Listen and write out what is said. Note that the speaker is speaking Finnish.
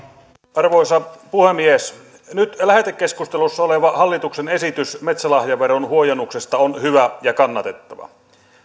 arvoisa puhemies nyt lähetekeskustelussa oleva hallituksen esitys metsälahjaveron huojennuksesta on hyvä ja kannatettava